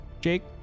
Jake